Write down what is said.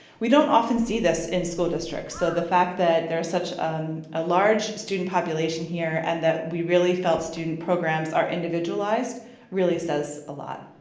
we don't often see this in school districts, so the fact that there is such um a a large student population here and that we really felt student programs are individualized really says a lot.